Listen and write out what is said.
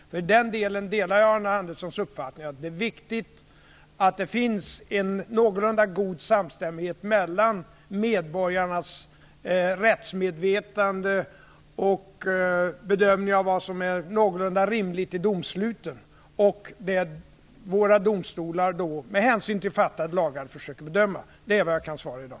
I den delen delar jag Arne Anderssons uppfattning att det är viktigt att det finns en någorlunda god samstämmighet mellan medborgarnas rättsmedvetande och bedömningen av vad som är någorlunda rimligt i domsluten och det våra domstolar, med hänsyn till stiftade lagar, försöker bedöma. Det är det svar jag kan ge i dag.